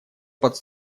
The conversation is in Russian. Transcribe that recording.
под